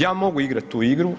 Ja mogu igrat tu igru,